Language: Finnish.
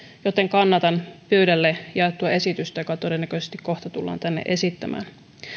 joten kannatan pöydälle jaettua esitystä joka todennäköisesti kohta tullaan tänne esittämään